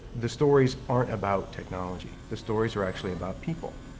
the stories aren't about technology the stories are actually about people.